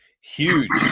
huge